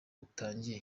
utangiye